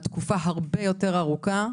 שלא ייוצרו כאן מעמדות,